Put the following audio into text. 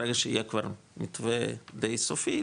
ברגע שיהיה כבר מתווה די סופי,